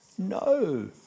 no